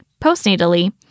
Postnatally